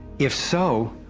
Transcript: if so,